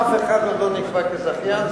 אף אחת עוד לא נקבעה כזכיין,